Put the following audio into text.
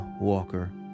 Walker